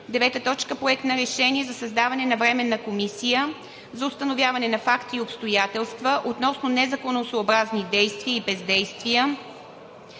представители. 9. Проект на решение за създаване на Временна комисия за установяване на факти и обстоятелства относно незаконосъобразни действия и бездействия